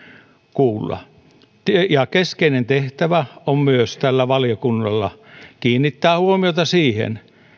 kuulla keskeinen tehtävä tällä valiokunnalla on myös kiinnittää huomiota siihen